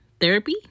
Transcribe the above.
therapy